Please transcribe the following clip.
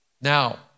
Now